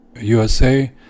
USA